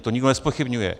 To nikdo nezpochybňuje.